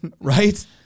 Right